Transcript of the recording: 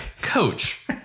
coach